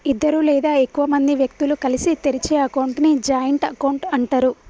ఇద్దరు లేదా ఎక్కువ మంది వ్యక్తులు కలిసి తెరిచే అకౌంట్ ని జాయింట్ అకౌంట్ అంటరు